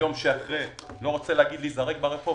ביום שאחרי, אני לא רוצה לומר להיזרק לרחוב.